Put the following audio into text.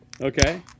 Okay